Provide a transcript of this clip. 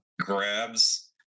grabs